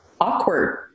awkward